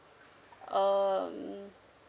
um